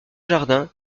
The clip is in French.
jardins